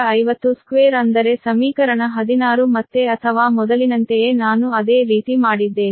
1 ಅಂದರೆ ಸಮೀಕರಣ 16 ಮತ್ತೆ ಅಥವಾ ಮೊದಲಿನಂತೆಯೇ ನಾನು ಅದೇ ರೀತಿ ಮಾಡಿದ್ದೇನೆ